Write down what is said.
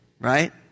right